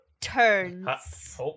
turns